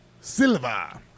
Silva